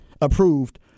approved